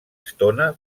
estona